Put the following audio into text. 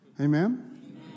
Amen